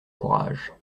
courage